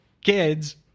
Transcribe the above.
kids